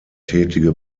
tätige